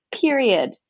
period